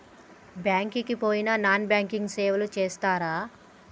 Bank కి పోయిన non banking సేవలు చేస్తరా?